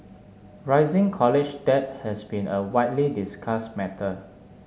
rising college debt has been a widely discussed matter